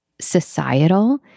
societal